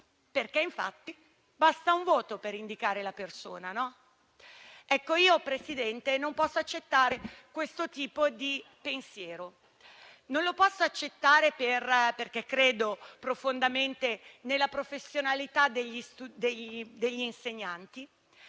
meglio". Infatti basta un voto per valutare la persona, no? Io, Presidente, non posso accettare questo tipo di pensiero. Non lo posso accettare perché credo profondamente nella professionalità degli insegnanti